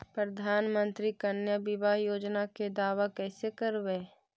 प्रधानमंत्री कन्या बिबाह योजना के दाबा कैसे करबै?